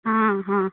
हा हा